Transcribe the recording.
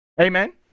Amen